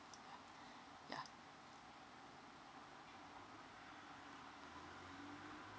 yeah